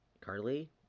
Carly